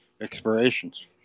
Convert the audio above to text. expirations